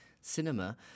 cinema